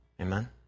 Amen